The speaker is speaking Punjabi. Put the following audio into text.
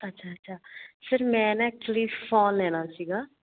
ਅੱਛਾ ਅੱਛਾ ਸਰ ਮੈਂ ਨਾ ਐਕਚੁਲੀ ਫੋਨ ਲੈਣਾ ਸੀਗਾ